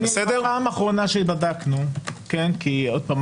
בפעם האחרונה שבדקנו כי עוד פעם,